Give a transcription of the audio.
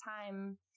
time